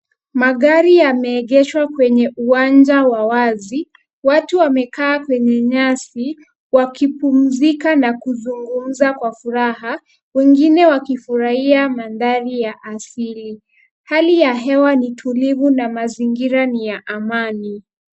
Magari yameegeshwa kwenye uwanja wa wazi. Watu wamekaa kwenye nyasi wakipumzika na kuzungumza kwa furaha, wengine wakifurahia mandhari ya asili. Hali ya hewa ni tulivu na mazingira ni ya amani.